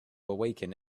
awaken